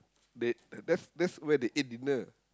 they that's that's where they ate dinner